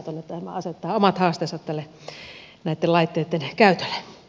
tämä asettaa omat haasteensa näitten laitteitten käytölle